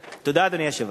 תודה, אדוני היושב-ראש.